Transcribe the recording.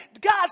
God